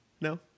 No